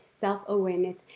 self-awareness